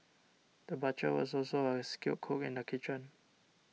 the butcher was also a skilled cook in the kitchen